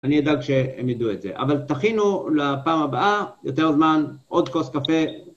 אני אדאג ש-הם ידעו את זה. אבל תכינו ל-פעם הבאה, יותר זמן, עוד כוס קפה.